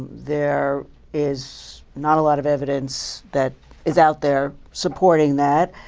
there is not a lot of evidence that is out there supporting that.